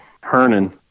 hernan